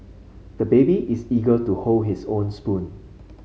the baby is eager to hold his own spoon